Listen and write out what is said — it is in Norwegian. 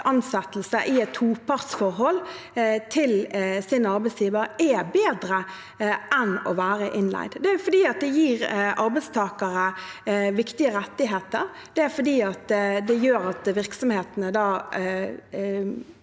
ansettelse i et topartsforhold til sin arbeidsgiver er bedre enn å være innleid. Det er fordi det gir arbeidstakere viktige rettigheter, og det er fordi det gjør at virksomhetene